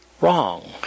wrong